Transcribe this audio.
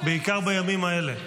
בעיקר בימים האלה.